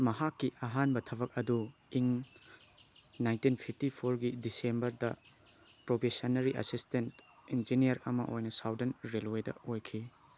ꯃꯍꯥꯛꯀꯤ ꯑꯍꯥꯟꯕ ꯊꯕꯛ ꯑꯗꯨ ꯏꯪ ꯅꯥꯏꯟꯇꯤꯟ ꯐꯤꯞꯇꯤ ꯐꯣꯔꯒꯤ ꯗꯤꯁꯦꯝꯔꯕꯗ ꯄ꯭ꯔꯣꯕꯦꯁꯟꯅꯔꯤ ꯑꯦꯁꯤꯁꯇꯦꯟ ꯏꯟꯖꯤꯅꯤꯌꯔ ꯑꯃ ꯑꯣꯏꯅ ꯁꯥꯎꯗꯔꯟ ꯔꯦꯜꯋꯦꯗ ꯑꯣꯏꯈꯤ